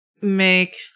make